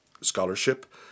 scholarship